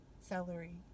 celery